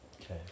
Okay